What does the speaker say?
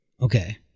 Okay